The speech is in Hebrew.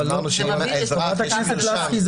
חברת הכנסת לסקי,